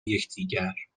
یکدیگر